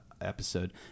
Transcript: episode